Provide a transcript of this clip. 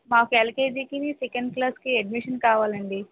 మాకు ఎల్కేజికి సెకండ్ క్లాస్కి అడ్మిషన్ కావాలండి